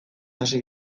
hasi